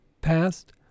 past